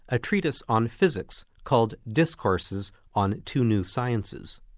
a treatise on physics called discourses on two new sciences.